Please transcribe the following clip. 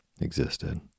existed